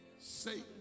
Satan